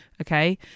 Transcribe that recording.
Okay